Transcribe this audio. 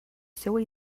seua